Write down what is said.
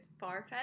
Farfetch